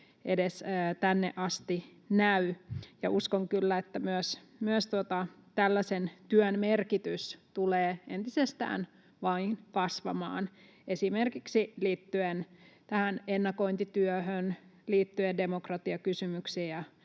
edes tänne asti näy, ja uskon kyllä, että tällaisen työn merkitys tulee myös entisestään vain kasvamaan esimerkiksi liittyen tähän ennakointityöhön, liittyen demokratiakysymyksiin ja